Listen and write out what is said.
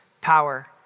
power